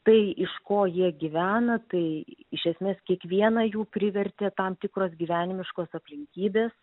tai iš ko jie gyvena tai iš esmės kiekvieną jų privertė tam tikros gyvenimiškos aplinkybės